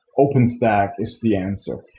openstack is the answer.